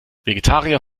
vegetarier